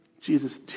Jesus